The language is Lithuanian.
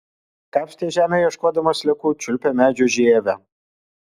kapstė žemę ieškodama sliekų čiulpė medžių žievę